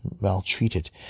maltreated